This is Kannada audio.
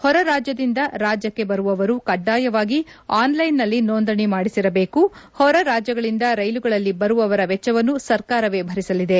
ಹೊರರಾಜ್ವದಿಂದ ರಾಜ್ವಕ್ಕೆ ಬರುವವರು ಕಡ್ಡಾಯವಾಗಿ ಆನ್ಲೈನ್ನಲ್ಲಿ ನೋಂದಣಿ ಮಾಡಿಸಿರಬೇಕು ಹೊರ ರಾಜ್ಯಗಳಿಂದ ರೈಲುಗಳಲ್ಲಿ ಬರುವವರ ವೆಚ್ವವನ್ನು ಸರ್ಕಾರವೇ ಭರಿಸಲಿದೆ